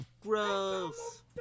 Gross